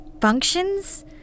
functions